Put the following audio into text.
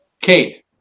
Kate